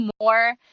more